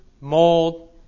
mold